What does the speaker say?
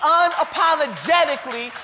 unapologetically